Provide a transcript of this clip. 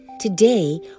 Today